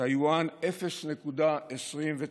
טאיוואן, 0.29,